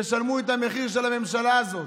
תשלמו את המחיר של הממשלה הזאת.